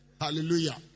Hallelujah